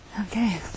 Okay